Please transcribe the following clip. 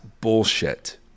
bullshit